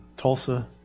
Tulsa